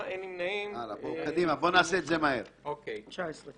הצבעה בעד רוב נגד אין נמנעים אין סעיפים 17 ו-18 התקבלו.